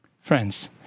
friends